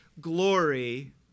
glory